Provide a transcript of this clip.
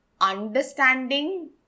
understanding